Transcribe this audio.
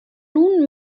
nun